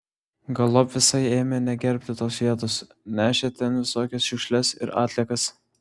galop visai ėmė negerbti tos vietos nešė ten visokias šiukšles ir atliekas